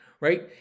Right